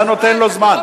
אתה נותן לו זמן.